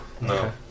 No